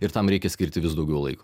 ir tam reikia skirti vis daugiau laiko